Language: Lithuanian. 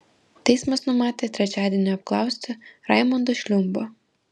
teismas numatė trečiadienį apklausti raimondą šliumbą